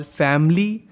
family